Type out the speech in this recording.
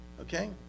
okay